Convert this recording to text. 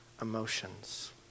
emotions